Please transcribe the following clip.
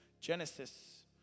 Genesis